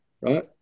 right